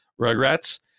Rugrats